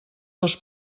els